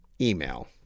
email